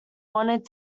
wanted